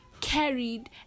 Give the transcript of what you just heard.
carried